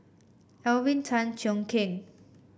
Alvin Tan Cheong Kheng